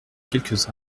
quelques